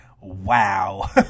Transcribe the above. wow